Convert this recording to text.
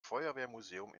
feuerwehrmuseum